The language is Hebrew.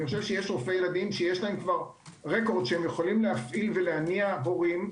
אני חושב שיש רופאי ילדים שיש להם רקורד שיכולים להפעיל ולהניע הורים.